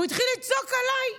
הוא התחיל לצעוק עליי,